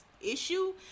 issue